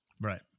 Right